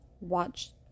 watch